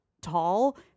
tall